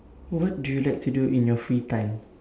what do you like to do in your free time